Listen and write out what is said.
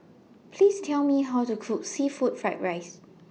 Please Tell Me How to Cook Seafood Fried Rice